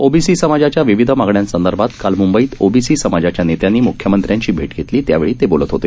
OBC समाजाच्या विविध मागण्यांसंदर्भात काल मुंबईत ओबीसी समाजाच्या नेत्यांनी मुख्यमंत्र्यांची भैट घेतली त्यावेळी ते बोलत होते